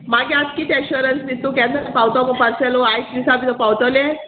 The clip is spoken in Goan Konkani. मागी आत कित एश्योरंस दित तूं केन्ना पावतो म्हू पार्सेलू आयचे दिसा भितोर पावतोलें